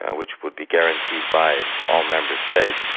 and which would be guaranteed by all member states.